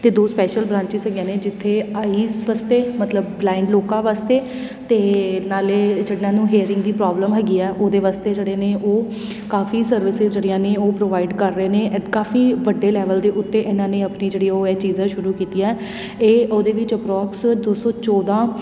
ਅਤੇ ਦੋ special branches ਹੈਗੀਆਂ ਨੇ ਜਿੱਥੇ ਆਈਸ ਵਾਸਤੇ ਮਤਲਬ ਬਲਾਇੰਡ ਲੋਕਾਂ ਵਾਸਤੇ ਅਤੇ ਨਾਲੇ ਜਿਨ੍ਹਾਂ ਨੂੰ ਹੇਅਰਿੰਗ ਦੀ ਪ੍ਰੋਬਲਮ ਹੈਗੀ ਆ ਉਹਦੇ ਵਾਸਤੇ ਜਿਹੜੇ ਨੇ ਉਹ ਕਾਫੀ ਸਰਵਿਸਿਜ਼ ਜਿਹੜੀਆਂ ਨੇ ਉਹ ਪ੍ਰੋਵਾਈਡ ਕਰ ਰਹੇ ਨੇ ਇੱ ਕਾਫੀ ਵੱਡੇ ਲੈਵਲ ਦੇ ਉੱਤੇ ਇਹਨਾਂ ਨੇ ਆਪਣੀ ਜਿਹੜੀ ਉਹ ਇਹ ਚੀਜ਼ਾਂ ਸ਼ੁਰੂ ਕੀਤੀਆਂ ਇਹ ਉਹਦੇ ਵਿੱਚ ਅਪਰੋਕਸ ਦੋ ਸੌ ਚੌਦਾਂ